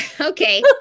Okay